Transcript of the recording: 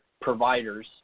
providers